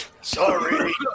Sorry